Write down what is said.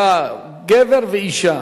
היה גבר ואשה.